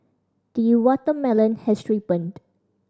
the watermelon has ripened